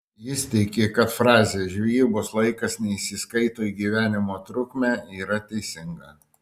jis tiki kad frazė žvejybos laikas neįsiskaito į gyvenimo trukmę yra teisinga